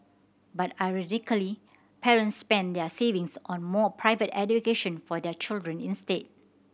but ironically parents spent their savings on more private education for their children instead